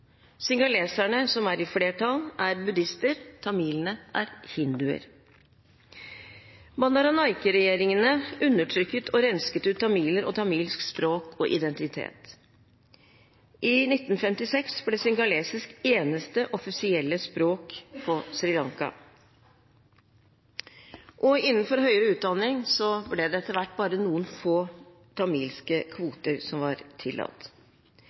Singaleserne, som er i flertall, er buddhister, tamilene er hinduer. Bandaranaike-regjeringene undertrykket og rensket ut tamiler og tamilsk språk og identitet. I 1956 ble singalesisk eneste offisielle språk på Sri Lanka. Innenfor høyere utdanning ble det etter hvert innført kvoter – man tillot bare noen få tamilske